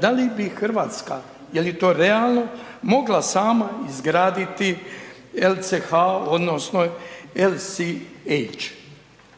da li bi Hrvatska, je li to realno mogla sama izgraditi LCH?